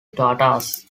tatars